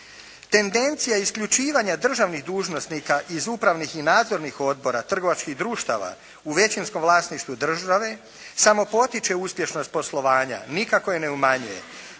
Tendencija isključivanja državnih dužnosnika iz upravnih i nadzornih odbora trgovačkih društava u većinskom vlasništvu države samo potiče uspješnost poslovanja, nikako je ne umanjuje.